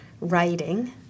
writing